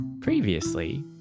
Previously